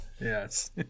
Yes